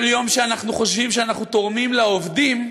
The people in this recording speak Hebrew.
כל יום שאנחנו חושבים שאנחנו תורמים לעובדים,